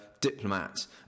diplomats